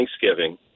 Thanksgiving